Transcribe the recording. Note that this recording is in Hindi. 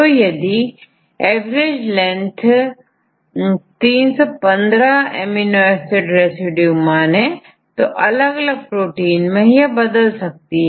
तो यदि average length amino acid residue माने तो अलग अलग प्रोटीन में यह बदल सकता है